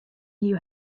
new